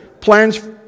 Plans